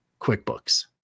QuickBooks